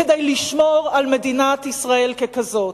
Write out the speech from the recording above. כדי לשמור על מדינת ישראל ככזאת?